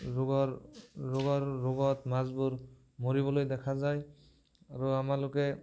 ৰোগৰ ৰোগৰ ৰোগত মাছবোৰ মৰিবলৈ দেখা যায় আৰু আমাৰলোকে